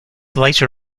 later